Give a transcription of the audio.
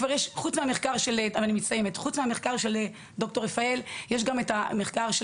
חוץ מהמחקר של ד"ר רפאל יש גם את המחקר של